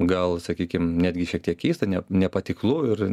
gal sakykim netgi šiek tiek keista ne nepatiklu ir